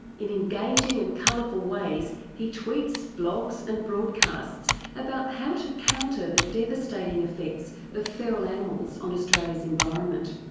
in engaging and colourful ways he tweets, blogs and broadcasts about how to counter the devastating effects of feral animals on australia's environment.